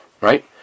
right